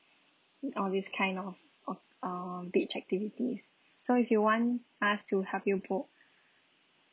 mm always kind of of uh beach activities so if you want us to help you book